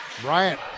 Bryant